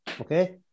Okay